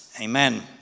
Amen